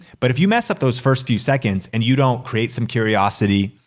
but if you mess up those first few seconds and you don't create some curiosity,